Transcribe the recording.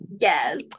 Yes